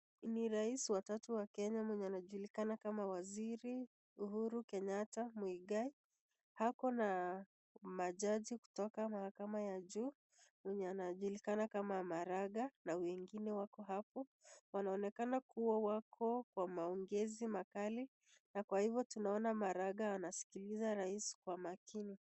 Ni rais wa tatu wa Kenya mwenye anajulikana kama waziri Uhuru Kenyatta Muigai. Ako na majaji kutoka mahakama ya juu wenye wanajulikana kama Maraga na wengine wako hapo. Wanaonekana kuwa wako kwa maongezi makali na kwa hivyo tunaona Maraga anaskiliza rais kwa makini.